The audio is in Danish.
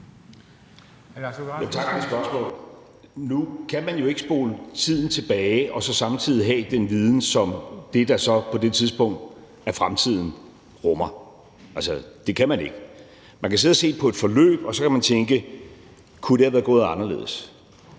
Nu kan man jo ikke spole tiden tilbage og så samtidig have den viden, som det, der så på det tidspunkt er fremtiden, rummer. Altså, det kan man ikke. Man kan sidde og se på et forløb, og så kan man tænke: Kunne det være gået anderledes?